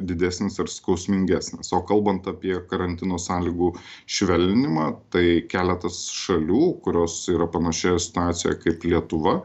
didesnės ir skausmingesnės o kalbant apie karantino sąlygų švelninimą tai keletas šalių kurios yra panašioje situacijoje kaip lietuva